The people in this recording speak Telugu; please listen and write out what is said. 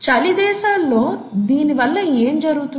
చలి దేశాల్లో దీని వళ్ళ ఏమి జరుగుతుంది